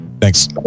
Thanks